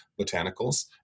botanicals